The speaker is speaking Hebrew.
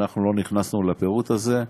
ואנחנו לא נכנסנו לפירוט הזה,